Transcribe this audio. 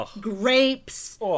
grapes